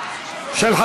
של